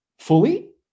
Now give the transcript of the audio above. Fully